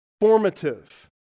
formative